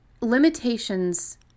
Limitations